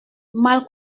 mal